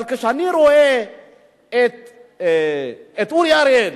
אבל כשאני רואה את אורי אריאל,